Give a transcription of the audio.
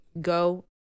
Go